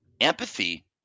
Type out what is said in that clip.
Empathy